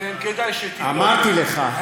אמרתי לך,